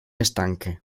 estanque